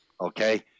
okay